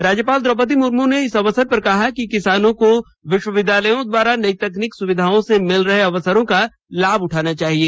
राज्यपाल द्रौपदी मुर्मू ने इस अवसर पर कहा कि किसानों को विष्वविद्यालयों द्वारा नई तकनीकी सुविधाओं से मिल रहे अवसरों का लाभ उठाना चाहिए